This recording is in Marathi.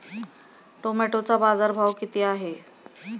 टोमॅटोचा बाजारभाव किती आहे?